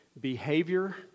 behavior